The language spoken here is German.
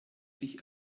sich